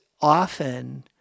often